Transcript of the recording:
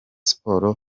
sports